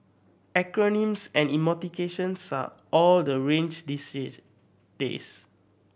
acronyms and emoticons are all the rage these days